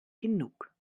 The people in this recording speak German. genug